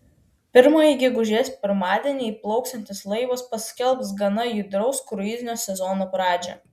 pirmąjį gegužės pirmadienį įplauksiantis laivas paskelbs gana judraus kruizinio sezono pradžią